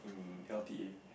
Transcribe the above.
in l_t_a